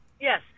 Yes